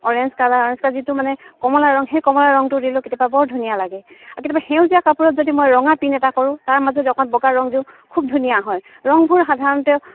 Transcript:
orange colour orange colour যিটো মানে কমলা ৰং সেই কমলা ৰংটো দিলেও কেতিয়াবা বৰ ধুনীয়া লাগে আৰু কেতিয়াবা সেউজীয়া কাপোৰত যদি মই ৰঙা পিন এটা কৰোঁ তাৰ মাজত অকণ বগা ৰং দিওঁ খুব ধুনীয়া হয় ৰংবোৰ সাধাৰণতে